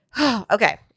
okay